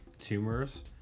tumors